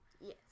Yes